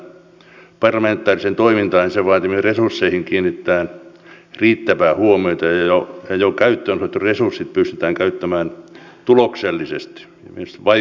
pidimme tärkeänä että parlamentaariseen toimintaan ja sen vaatimiin resursseihin kiinnitetään riittävää huomiota ja jo käyttöön otetut resurssit pystytään käyttämään tuloksellisesti siis vaikuttavasti